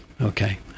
okay